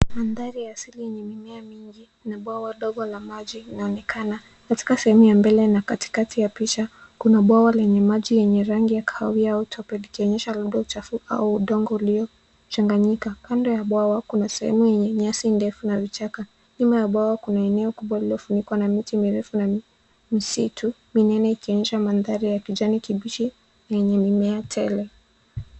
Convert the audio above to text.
Mandhari ya asili yenye mimea mingi na bwawa dogo la maji inaonekana katika sehemu ya mbele na katikati ya picha, kuna bwawa lenye maji yenye rangi ya kahawia au tope likionyesha labda uchafu au udongo uliochanganyika. Kando ya bwawa, kuna sehemu yenye nyasi ndefu na vichaka. Nyuma ya bwawa kuna eneo kubwa lililofunikwa na miti mirefu na msitu ikionyesha mandhari ya kijani kibichi lenye mimea tele.